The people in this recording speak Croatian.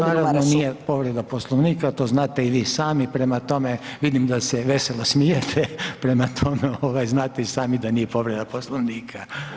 Dobro, to nije povreda Poslovnika, to znate i vi sami, prema tome, vidim da se veselo smijete, prema tome znate i sami da nije povreda Poslovnika.